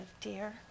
dear